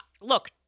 look